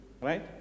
right